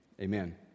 Amen